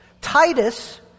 Titus